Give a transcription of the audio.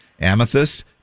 Amethyst